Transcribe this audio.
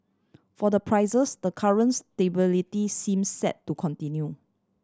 for the prices the current stability seem set to continue